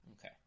Okay